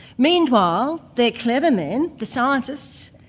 meanwhile, their clever men, the scientists,